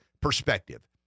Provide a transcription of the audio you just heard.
perspective